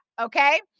okay